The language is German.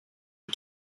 die